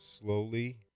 slowly